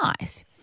nice